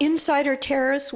insider terrorists